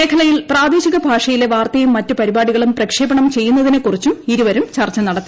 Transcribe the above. മേഖലയിൽ ് പ്രാദേശിക ഭാഷയിലെ വാർത്തയും മറ്റു പരിപാടികളും പ്രക്ഷേപണം ചെയ്യുന്നതിനെ കുറിച്ചും ഇരുവരും ചർച്ച നടത്തി